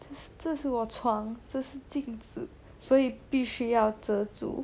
这是我床这是我镜子所以必须要遮住